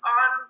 on